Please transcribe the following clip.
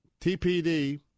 TPD